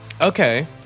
Okay